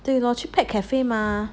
对咯 lor 去 pet cafe 吗